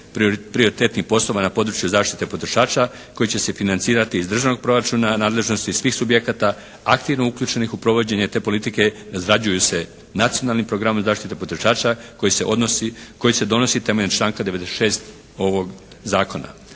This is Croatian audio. prioritetnih poslova na području zaštite potrošača koji će se financirati iz državnog proračuna nadležnosti svih subjekata aktivno uključenih u provođenje te politike izrađuju se nacionalni programi zaštite potrošača koji se odnosi, koji se donosi temeljem članka 96. ovog Zakona.